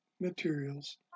materials